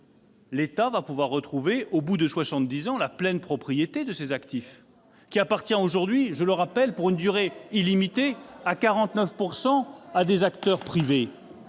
!... va pouvoir retrouver au bout de soixante-dix ans la pleine propriété de ces actifs, qui appartiennent aujourd'hui, je le rappelle, pour une durée illimitée, à hauteur de 49 % à des acteurs privés.